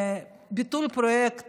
ביטול פרויקט